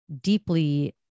deeply